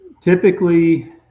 typically